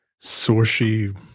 Sorshi